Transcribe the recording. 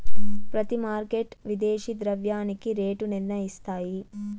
ప్రతి మార్కెట్ విదేశీ ద్రవ్యానికి రేటు నిర్ణయిస్తాయి